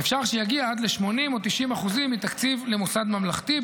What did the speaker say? ואפשר שיגיע עד ל-80% או 90% מהתקציב למוסד ממלכתי,